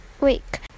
week